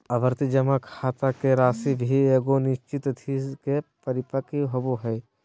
आवर्ती जमा खाता के राशि भी एगो निश्चित तिथि के परिपक्व होबो हइ